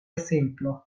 simpla